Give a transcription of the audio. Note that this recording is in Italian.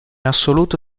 assoluto